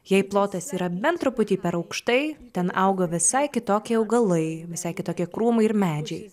jei plotas yra bent truputį per aukštai ten auga visai kitokie augalai visai kitokie krūmai ir medžiai